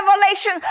revelation